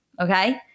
Okay